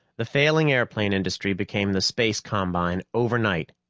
the failing airplane industry became the space combine overnight,